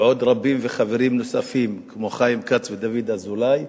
ועוד רבים, חברים נוספים כמו חיים כץ ודוד אזולאי,